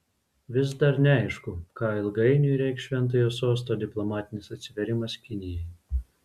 vis dar neaišku ką ilgainiui reikš šventojo sosto diplomatinis atsivėrimas kinijai